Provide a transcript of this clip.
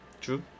true